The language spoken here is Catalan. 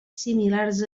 similars